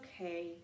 okay